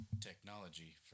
Technology